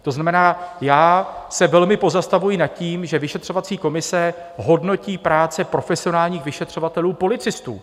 To znamená, já se velmi pozastavují nad tím, že vyšetřovací komise hodnotí práci profesionálních vyšetřovatelůpolicistů.